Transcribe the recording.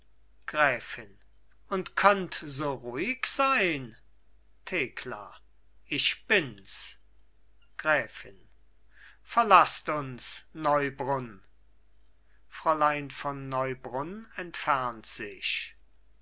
gräfin und könnt so ruhig sein thekla ich bins gräfin verlaßt uns neubrunn fräulein von neubrunn entfernt sich